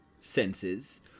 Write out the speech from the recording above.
senses